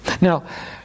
Now